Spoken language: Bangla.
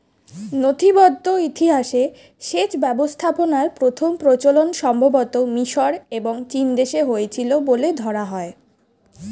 নথিবদ্ধ ইতিহাসে সেচ ব্যবস্থাপনার প্রথম প্রচলন সম্ভবতঃ মিশর এবং চীনদেশে হয়েছিল বলে ধরা হয়